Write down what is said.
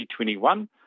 2021